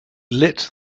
lit